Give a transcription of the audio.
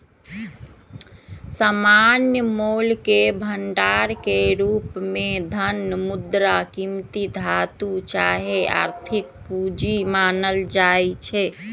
सामान्य मोलके भंडार के रूप में धन, मुद्रा, कीमती धातु चाहे आर्थिक पूजी मानल जाइ छै